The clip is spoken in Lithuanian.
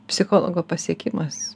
psichologo pasiekimas